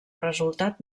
resultat